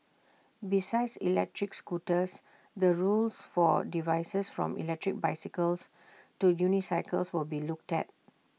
besides electric scooters the rules for devices from electric bicycles to unicycles will be looked at